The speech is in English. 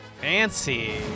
Fancy